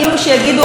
באמת, למה לא?